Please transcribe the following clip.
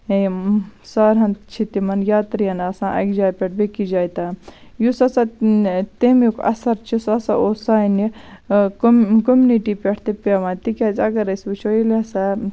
یِم ساران چھِ تِمن یاترِین آسان اَکہِ جایہِ پٮ۪ٹھ بیٚکہِ جایہِ تام یُس ہسا تَمیُک اَثر چھُ سُہ سا اوس سانہِ کوٚم کوٚمنِٹی پٮ۪ٹھ تہِ پیٚوان تِکیازِ اَگر أسۍ وُچھو ییٚلہِ ہسا